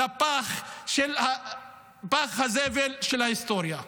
לפח הזבל של ההיסטוריה.